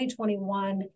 2021